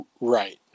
Right